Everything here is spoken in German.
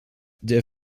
der